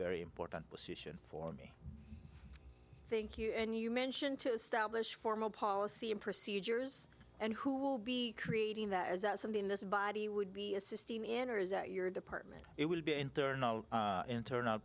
very important position for me thank you and you mention to establish formal policy and procedures and who will be creating that is that something this body would be assisting in or is that your department it will be internal intern